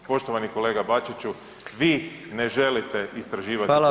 Poštovani kolega Bačiću vi ne želite istraživati